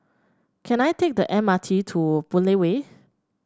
can I take the M R T to Boon Lay Way